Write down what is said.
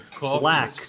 Black